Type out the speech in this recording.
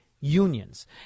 unions